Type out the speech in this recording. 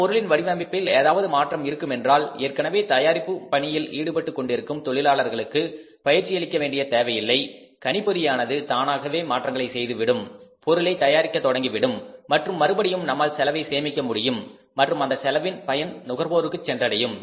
மற்றும் பொருளின் வடிவமைப்பில் ஏதாவது மாற்றம் இருக்குமென்றால் ஏற்கனவே தயாரிப்பு பணியில் ஈடுபட்டுக் கொண்டிருக்கும் தொழிலாளர்களுக்கு பயிற்சியளிக்க வேண்டிய தேவையில்லை கணிப்பொறியானது தானாகவே மாற்றங்களை செய்துவிடும் பொருளை தயாரிக்க தொடங்கிவிடும் மற்றும் மறுபடியும் நம்மால் செலவை சேமிக்க முடியும் மற்றும் அந்த செலவின் பயன் நுகர்வோருக்கும் சென்றடையும்